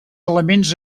elements